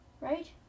right